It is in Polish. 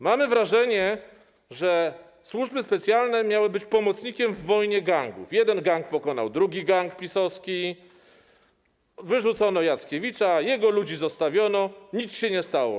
Mamy wrażenie, że służby specjalne miały być pomocnikiem w wojnie gangów - jeden gang pokonał drugi gang PiS-owski, wyrzucono Jackiewicza, jego ludzi zostawiono, nic się nie stało.